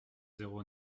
zéro